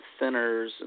thinners